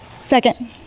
Second